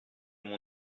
mon